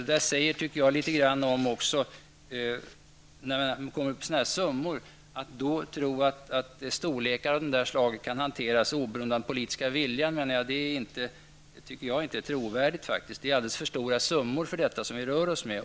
Det är inte trovärdigt att när man kommer upp i sådana summor, tro att storlekar av detta slag kan hanteras oberoende av den politiska viljan. Det är alldeles för stora summor för detta som vi rör oss med.